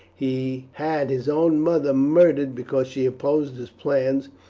he had his own mother murdered because she opposed his plans,